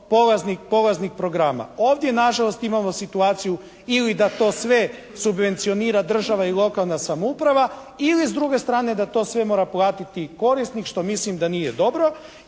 polaznik programa. Ovdje nažalost imamo situaciju ili da to sve subvencionira država i lokalna samouprava ili s druge strane da to sve mora platiti korisnik što mislim da nije dobro.